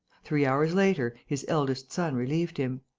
three hours later, his eldest son relieved him.